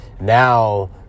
Now